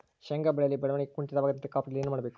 ಶೇಂಗಾ ಬೆಳೆಯಲ್ಲಿ ಬೆಳವಣಿಗೆ ಕುಂಠಿತವಾಗದಂತೆ ಕಾಪಾಡಲು ಏನು ಮಾಡಬೇಕು?